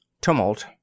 TUMULT